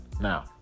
Now